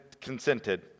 consented